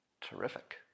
Terrific